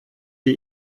die